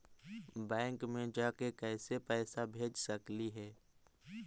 Bank मे जाके कैसे पैसा भेज सकली हे?